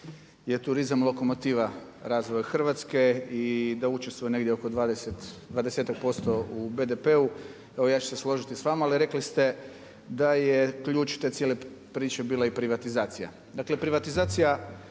je turizam lokomotiva razvoja Hrvatske i da učestvuje negdje oko dvadesetak posto u BDP-u, ja ću se složiti s vama, ali rekli ste da je ključ te cijele priče bila i privatizacija. Dakle, privatizacija,